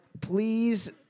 Please